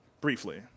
briefly